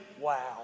Wow